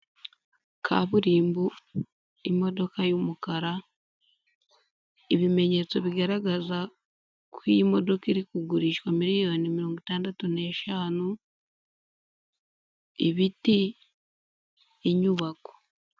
Kaburimbo, imodoka y'umukara, ibimenyetso bigaragaza ko iyi modoka iri kugurishwa miliyoni mirongo itandatu n'eshanu, ibiti, inyubako.